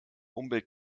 umwelt